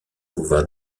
pouvoir